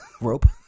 Rope